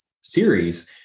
series